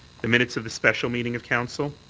the minutes of the special meeting of council,